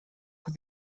with